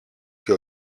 και